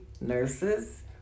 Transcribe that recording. nurses